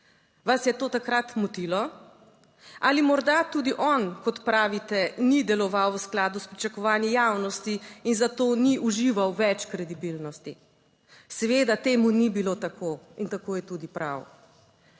Vas je to takrat motilo? Ali morda tudi on, kot pravite, ni deloval v skladu s pričakovanji javnosti in zato ni užival več kredibilnosti? Seveda temu ni bilo tako in tako je tudi prav.